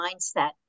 mindset